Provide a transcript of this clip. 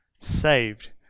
saved